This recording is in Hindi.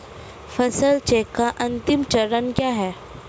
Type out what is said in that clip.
फसल चक्र का अंतिम चरण क्या है?